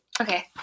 Okay